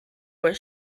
were